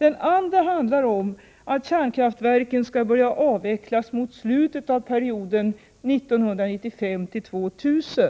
Den andra handlar om att kärnkraftverken skall börja avvecklas mot slutet av perioden 1995-2000,